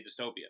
dystopia